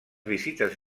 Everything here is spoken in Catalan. visites